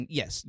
yes